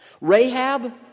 Rahab